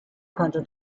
konnte